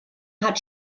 hat